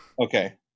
Okay